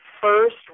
first